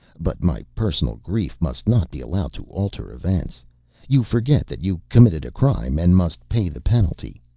but my personal grief must not be allowed to alter events you forget that you committed a crime and must pay the penalty.